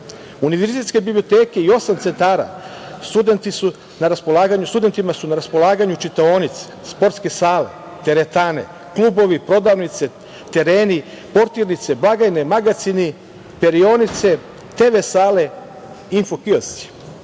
instituta. Univerzitetske biblioteke i osam centara, studentima su na raspolaganju čitaonice, sportske sale, teretane, klubovi, prodavnice, tereni, portirnice, blagajne, magacini, perionice, TV sale, info-kiosci. Na